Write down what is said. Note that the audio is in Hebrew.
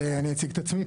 אני אציג את עצמי.